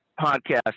Podcast